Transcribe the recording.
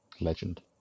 Legend